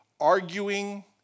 arguing